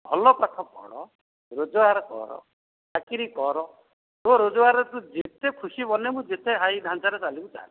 ଭଲ ପାଠ ପଢ଼ ରୋଜଗାର କର ଚାକିରି କର ତୋ ରୋଜଗାରରେ ତୁ ଯେତେ ଖୁସି ମନାଇବୁ ଯେତେ ହାଇ ଢାଞ୍ଚାରେ ଚାଲିବୁ ଚାଲେ